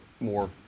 more